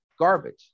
garbage